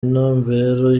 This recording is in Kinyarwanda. intumbero